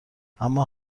اما